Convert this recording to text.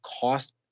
cost